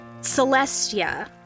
Celestia